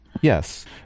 Yes